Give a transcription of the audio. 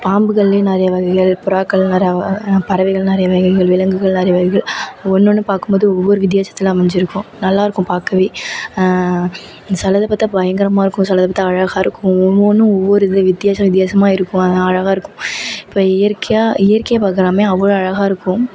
பாம்புகள்லேயும் நிறைய வகைகள் புறாக்கள் நெற பறவைகள் நிறைய வகைகள் விலங்குகள் நிறைய வகைகள் ஒன்று ஒன்றும் பார்க்கும் போது ஒவ்வொரு வித்தியாசத்தில் அமைஞ்சிருக்கும் நல்லாயிருக்கும் பார்க்கவே சிலது பார்த்தா பயங்கரமாக இருக்கும் சிலதுந்து அழகாக இருக்கும் ஒவ்வொன்னும் ஒவ்வொரு இது வித்தியாசம் வித்தியாசமாக இருக்கும் ஆனால் அழகாக இருக்கும் இப்போ இயற்கையாக இயற்கையை பார்க்குறோமே அவ்வளோ அழகாக இருக்கும்